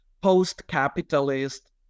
post-capitalist